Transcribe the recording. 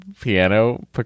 Piano